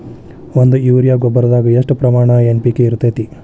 ಒಂದು ಯೂರಿಯಾ ಗೊಬ್ಬರದಾಗ್ ಎಷ್ಟ ಪ್ರಮಾಣ ಎನ್.ಪಿ.ಕೆ ಇರತೇತಿ?